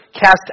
cast